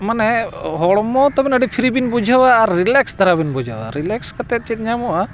ᱢᱟᱱᱮ ᱦᱚᱲᱢᱚ ᱛᱟᱹᱵᱚᱱ ᱟᱹᱰᱤ ᱯᱷᱨᱤ ᱵᱤᱱ ᱵᱩᱡᱷᱟᱹᱣᱟ ᱟᱨ ᱨᱤᱞᱮᱠᱥ ᱫᱷᱟᱨᱟ ᱵᱤᱱ ᱵᱩᱡᱷᱟᱹᱣᱟ ᱨᱤᱞᱮᱠᱥ ᱠᱟᱛᱮᱫ ᱪᱮᱫ ᱧᱟᱢᱚᱜᱼᱟ